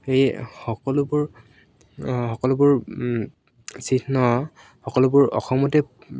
সেয়ে সকলোবোৰ সকলোবোৰ চিহ্ন সকলোবোৰ অসমতে